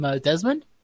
Desmond